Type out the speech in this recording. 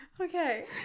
Okay